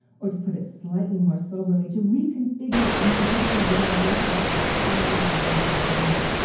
or, to put it slightly more soberly, to reconfigure the institution of the university by applying the lens of gender.